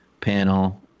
panel